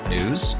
News